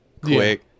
quick